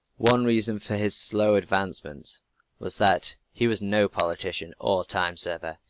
one reason for his slow advancement was that he was no politician or time-server.